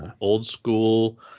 old-school